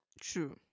True